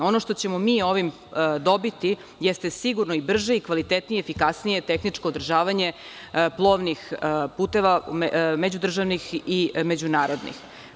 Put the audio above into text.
Ono što ćemo mi ovim dobiti jeste sigurno i brže i kvalitetnije i efikasnije tehničko održavanje plovnih puteva, međudržavnih i međunarodnih.